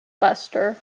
buster